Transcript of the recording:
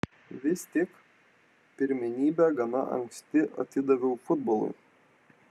vis tik pirmenybę gana anksti atidaviau futbolui